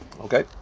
Okay